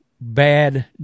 bad